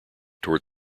toward